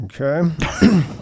Okay